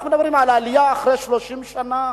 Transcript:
אנחנו מדברים על עלייה אחרי 30 שנה,